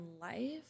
life